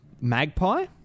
Magpie